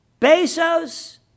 bezos